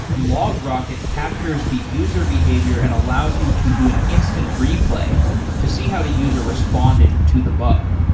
logrocket captures the user behavior and allows you to do an instant replay to see how the user responded to the bug.